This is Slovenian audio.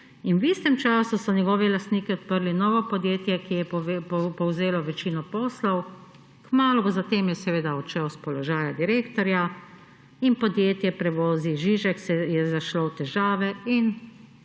In v istem času so njegovi lastniki odprli novo podjetje, ki je povzelo večino poslov, kmalu zatem je seveda odšel s položaja direktorja in podjetje Prevozi Žižek je zašlo v težave in,